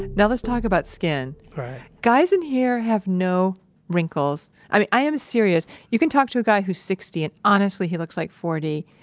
now let's talk about skin right guys in here have no wrinkles. i mean, i am serious. you can talk to a guy who's sixty and honestly, he looks like forty.